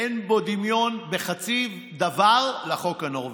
אין בו דמיון בחצי דבר לחוק הנורבגי.